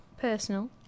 personal